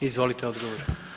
Izvolite odgovor.